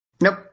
Nope